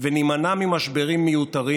ונימנע ממשברים מיותרים,